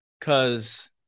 cause